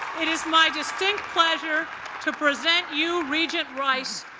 it is my distinct pleasure to present you, regent rice,